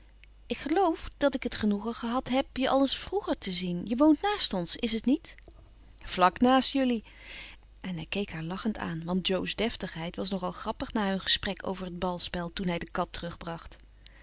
ik geloof dat ik het genoegen gehad heb je al eens vroeger te zien je woont naast ons is t niet vlak naast jullie en hij keek haar lachend aan want jo's deftigheid was nog al grappig na hun gesprek over het balspel toen hij de kat terugbracht